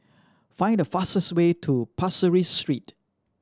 find the fastest way to Pasir Ris Street